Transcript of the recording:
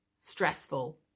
stressful